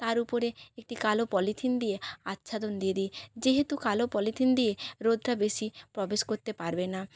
তার উপরে একটি কালো পলিথিন দিয়ে আচ্ছাদন দিয়ে দিই যেহেতু কালো পলিথিন দিয়ে রোদটা বেশি প্রবেশ করতে পারবে না